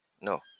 no